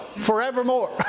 forevermore